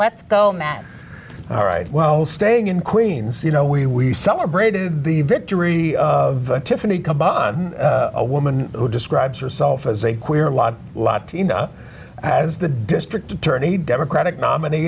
let's go matt all right well staying in queens you know we celebrated the victory of tiffany a woman who describes herself as a queer lot latina as the district attorney democratic nominee